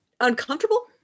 uncomfortable